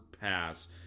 pass